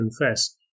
confess